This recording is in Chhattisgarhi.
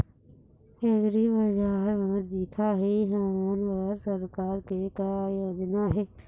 एग्रीबजार म दिखाही हमन बर सरकार के का योजना हे?